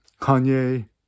Kanye